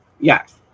yes